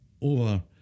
over